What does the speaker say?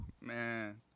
Man